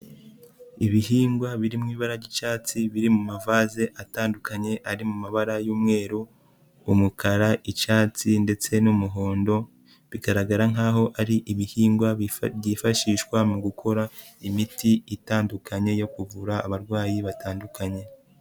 Ibihingwa birimo ibara ry'icyatsi, biri mu mavase atandukanye ari mu mabara y'umweru, umukara, icyatsi ndetse n'umuhondo, bigaragara nkaho ari ibihingwa byifashishwa mu gukora imiti itandukanye yo kuvura abarwayi batandukanye.